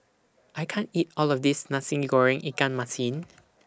I can't eat All of This Nasi Goreng Ikan Masin